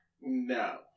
No